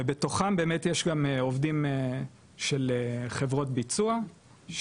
ובתוכם באמת יש גם עובדים של חברות ביצוע,